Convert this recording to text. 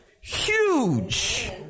huge